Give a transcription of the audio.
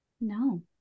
No